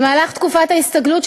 במהלך תקופת ההסתגלות,